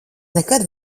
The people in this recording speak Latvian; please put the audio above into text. nekad